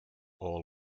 all